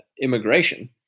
immigration